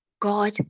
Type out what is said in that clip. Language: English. god